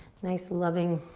nice, loving